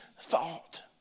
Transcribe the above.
thought